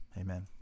amen